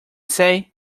say